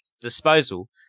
disposal